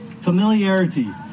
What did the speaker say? Familiarity